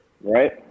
Right